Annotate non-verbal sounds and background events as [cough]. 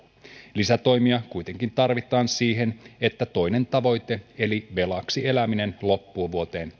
lisätoimia kuitenkin tarvitaan siihen että toinen tavoite saavutetaan eli velaksi eläminen loppuu vuoteen [unintelligible]